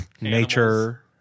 nature